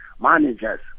managers